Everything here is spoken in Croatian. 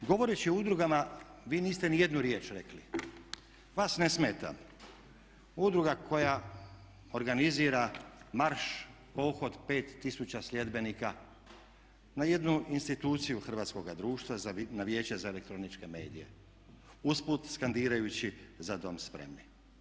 Govoreći o udrugama vi niste ni jednu riječ rekli, vas ne smeta udruga koja organizira marš, pohod pet tisuća sljedbenika na jednu instituciju hrvatskoga društva na Vijeće za elektroničke medije usput skandirajući "Za dom spremni"